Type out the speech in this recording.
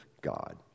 God